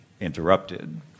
interrupted